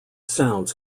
sounds